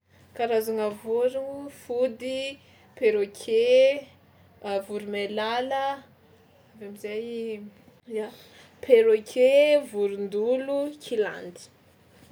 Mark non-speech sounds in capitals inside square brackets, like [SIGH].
Karazagna vôrono: fody, perroquet, [HESITATION] voromailala; avy eo am'zay, ia, perroquet, vorondolo, kilandy.